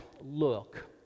Look